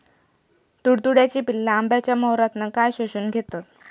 तुडतुड्याची पिल्ला आंब्याच्या मोहरातना काय शोशून घेतत?